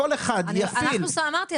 כל אחד יפעיל -- אמרתי,